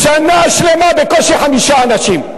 בשנה שלמה בקושי חמישה אנשים,